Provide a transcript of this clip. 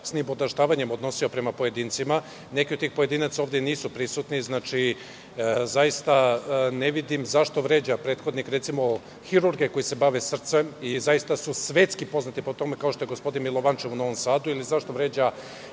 sa nipodaštavanjem odnosio prema pojedincima. Neki od tih pojedinaca ovde nisu prisutni. Ne vidim zašto vređa, recimo, hirurge koji se bave srcem i zaista su svetski poznati po tome, kao što je gospodin Milovančev u Novom Sadu ili zašto vređa